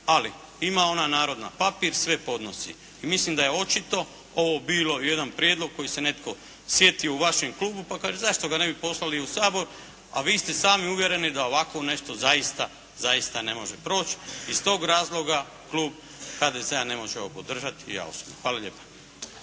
Ali ima ona narodna “papir sve podnosi“ i mislim da je očito ovo bilo jedan prijedlog koji se netko sjetio u vašem klubu pa kaže zašto ga ne bi poslali u Sabor, a vi ste sami uvjereni da ovako nešto zaista ne može proći. I iz tog razloga klub HDZ-a ne može ovo podržati i ja osobno. Hvala lijepa.